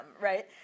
right